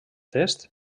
test